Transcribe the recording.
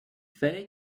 fallait